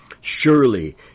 Surely